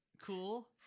cool